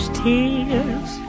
tears